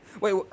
Wait